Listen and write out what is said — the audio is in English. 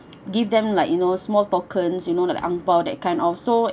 give them like you know small tokens you know like angbao that kind of so